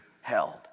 held